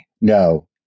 No